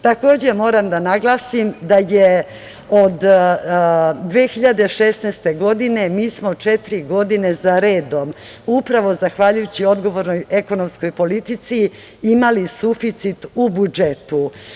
Takođe moram da naglasim da od 2016. godine mi smo četiri godine zaredom, upravo zahvaljujući odgovornoj ekonomskoj politici, imali suficit u budžetu.